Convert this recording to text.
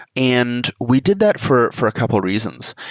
and we did that for for a couple reasons.